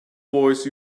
voice